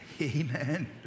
Amen